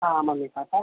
हाँ mummy papa हैं